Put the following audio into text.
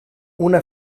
una